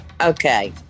okay